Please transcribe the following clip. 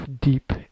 deep